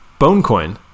Bonecoin